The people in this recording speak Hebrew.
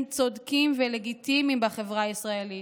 צודקים ולגיטימיים בחברה הישראלית.